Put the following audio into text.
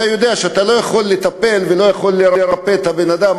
אתה יודע שאתה לא יכול לטפל ולא יכול לרפא את הבן-אדם,